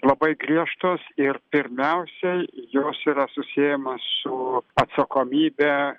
labai griežtos ir pirmiausia jos yra susiejamos su atsakomybe